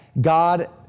God